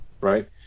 right